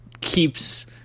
keeps